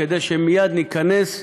כדי שמייד ניכנס,